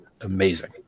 amazing